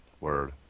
Word